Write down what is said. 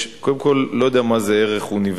קודם כול, אני לא יודע מה זה ערך אוניברסלי.